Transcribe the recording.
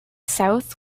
south